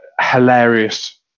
hilarious